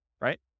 right